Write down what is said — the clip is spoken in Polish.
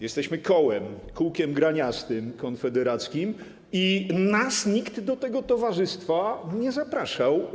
Jesteśmy kołem, kółkiem graniastym konfederackim, i nas nikt do tego towarzystwa nie zapraszał.